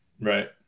Right